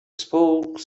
spoke